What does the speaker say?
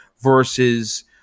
versus